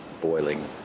boiling